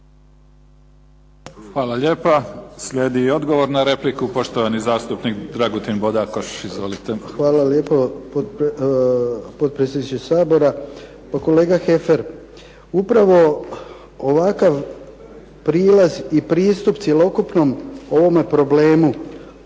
Hvala lijepa. Slijedi i odgovor na repliku, poštovani zastupnik Dragutin Bodakoš. Izvolite. **Bodakoš, Dragutin (SDP)** Hvala lijepo potpredsjedniče Sabora. Kolega Heffer, upravo ovakav prilaz i pristup cjelokupnom ovome problemu